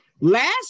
Last